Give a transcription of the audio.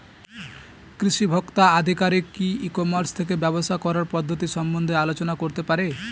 কৃষি ভোক্তা আধিকারিক কি ই কর্মাস থেকে ব্যবসা করার পদ্ধতি সম্বন্ধে আলোচনা করতে পারে?